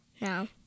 No